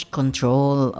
control